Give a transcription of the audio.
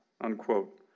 unquote